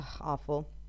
awful